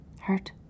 hurt